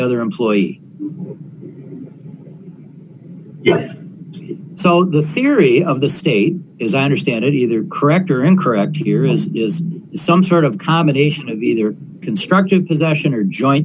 other employee yet sold the theory of the state is i understand it either correct or incorrect here is some sort of combination of constructive possession or joint